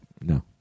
No